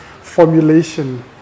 formulation